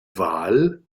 wahl